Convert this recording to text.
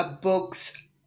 book's